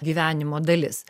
gyvenimo dalis